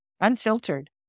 unfiltered